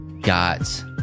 got